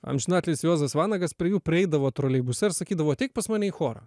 amžinatilsį juozas vanagas prie jų praeidavo troleibuse ir sakydavo ateik pas mane į chorą